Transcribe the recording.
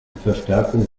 verstärkung